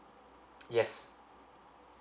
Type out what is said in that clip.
yes